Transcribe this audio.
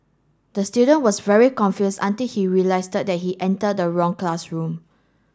the student was very confused until he realised that he entered the wrong classroom